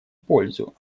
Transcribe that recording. пользу